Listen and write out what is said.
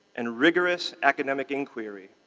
and rigorous academic inquiry.